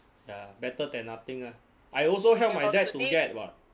ya better than nothing ah I also helped my dad to get [what]